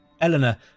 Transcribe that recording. Eleanor